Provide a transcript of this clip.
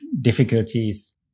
difficulties